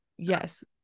yes